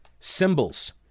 symbols